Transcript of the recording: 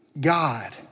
God